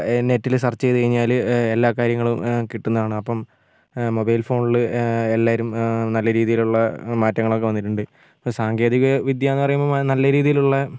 നെറ്റിൽ സർച്ച് ചെയ്ത് കഴിഞ്ഞാൽ എല്ലാ കാര്യങ്ങളും കിട്ടുന്നതാണ് അപ്പം മൊബൈൽ ഫോണിൽ എല്ലാവരും നല്ല രീതിയിലുള്ള മാറ്റങ്ങളൊക്കെ വന്നിട്ടുണ്ട് ഇപ്പോൾ സാങ്കേതിക വിദ്യ എന്ന് പറയുമ്പോൾ നല്ല രീതിയിലുള്ള